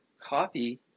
copy